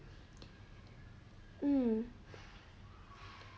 um